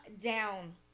down